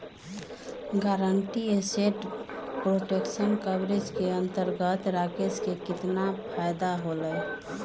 Guaranteed asset protection coverage के अंतर्गत राकेश के कितना फायदा होलय?